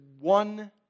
one